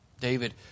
David